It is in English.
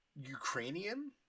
Ukrainian